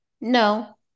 no